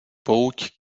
pouť